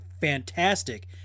fantastic